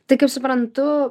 tai kaip suprantu